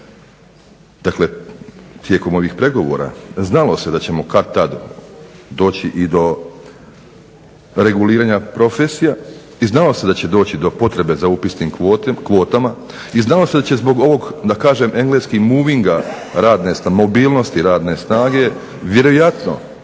dakle tijekom ovih pregovora znalo se da ćemo kad tad doći i do reguliranja profesija i znalo se da će doći do potrebe za upisnim kvotama, i znalo se da će zbog ovog da kažem engleski muvinga mobilnosti radne snage, vjerojatno